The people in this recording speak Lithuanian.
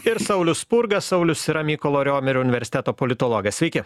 ir saulius spurga saulius yra mykolo riomerio universiteto politologas sveiki